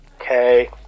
Okay